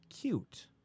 cute